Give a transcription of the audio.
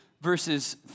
verses